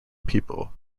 people